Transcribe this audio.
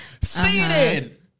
Seated